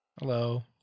Hello